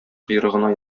койрыгына